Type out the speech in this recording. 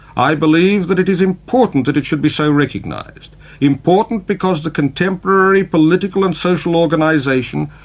i believe that it is important that it should be so recognised important because the contemporary political and social organisation,